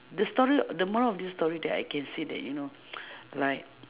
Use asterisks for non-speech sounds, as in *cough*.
the story the moral of this story that I can see that you know *noise* like